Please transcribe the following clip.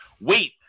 wait